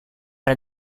per